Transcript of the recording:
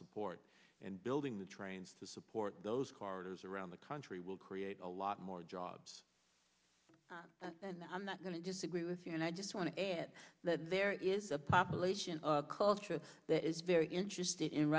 support and building the trains to support those cars around the country will create a lot more jobs i'm not going to disagree with you and i just want to add that there is a population culture that is very interested in